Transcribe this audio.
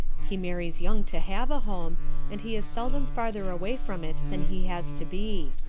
he marries young to have a home and he is seldom farther away from it than he has to be.